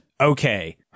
Okay